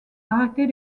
arrêter